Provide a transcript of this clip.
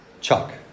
Chuck